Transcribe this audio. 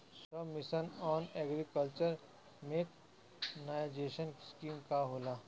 सब mission on agriculture mechanization scheme का होला?